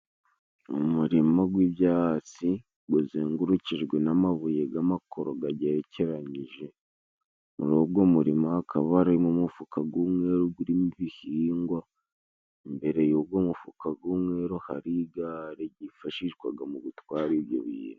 Umurima gw'ibyatsi guzengurukijwe n'amabuye g'amakoro gagerekeranyije. Muri ugo murima hakaba harimo umufuka g'umweru gurimo ibihingwa, imbere y'ugo mufuka g'umweru hari igare ryifashishwaga mu gutwara ibyo bintu.